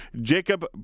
Jacob